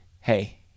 hey